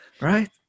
right